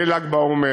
בל"ג בעומר